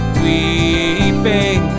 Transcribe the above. weeping